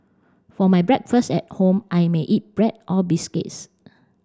for my breakfast at home I may eat bread or biscuits